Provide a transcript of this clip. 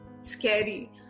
scary